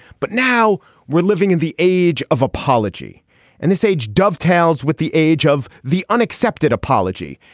but now we're living in the age of apology and this age dovetails with the age of the unaccepted apology.